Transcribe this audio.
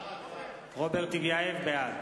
בעד